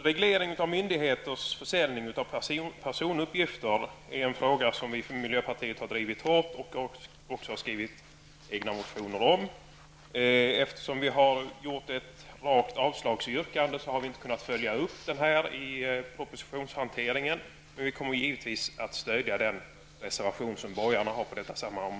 Reglering av myndigheters försäljning av personuppgifter är en fråga som vi från miljöpartiet har drivit hårt och som vi också har avgivit motioner om. Eftersom vi har yrkat om avslag, har vi inte kunnat följa upp detta i propositionshanteringen, men vi kommer givetvis att stöda den reservation som de borgerliga har avgivit i detta sammanhang.